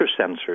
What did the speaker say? sensors